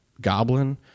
goblin